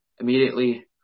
Immediately